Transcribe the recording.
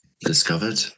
discovered